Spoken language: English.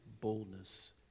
boldness